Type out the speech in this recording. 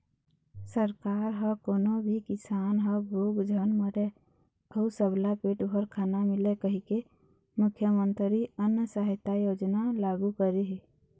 सरकार ह कोनो भी किसान ह भूख झन मरय अउ सबला पेट भर खाना मिलय कहिके मुख्यमंतरी अन्न सहायता योजना लागू करे हे